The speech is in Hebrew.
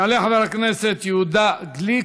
יעלה חבר הכנסת יהודה גליק,